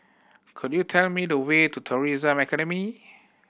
could you tell me the way to Tourism Academy